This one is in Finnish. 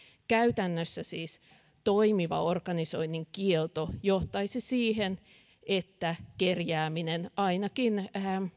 käytännössä siis toimiva organisoinnin kielto johtaisi siihen että kerjääminen ainakin